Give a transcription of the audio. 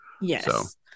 Yes